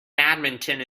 badminton